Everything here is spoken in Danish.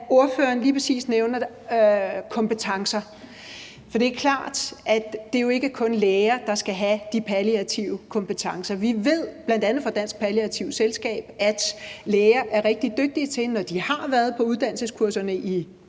ordføreren lige præcis nævner kompetencer. For det er klart, at det jo ikke kun er læger, der skal have de palliative kompetencer. Vi ved, bl.a. fra Dansk Selskab for Palliativ Medicin, at læger, når de har været på uddannelseskurserne, i det